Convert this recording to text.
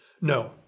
No